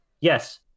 Yes